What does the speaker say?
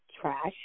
trash